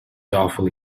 awfully